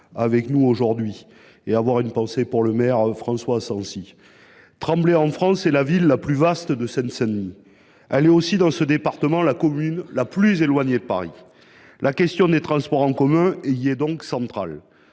en France. J’ai également une pensée pour le maire François Asensi. Tremblay en France est la ville la plus vaste de Seine Saint Denis. Elle est aussi, dans ce département, la commune la plus éloignée de Paris. La question des transports en commun y est donc centrale.